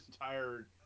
entire